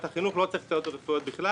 החינוך לא צריך סייעות רפואיות בכלל.